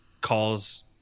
calls